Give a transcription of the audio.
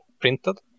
printed